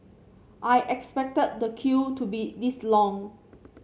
I expected the queue to be this long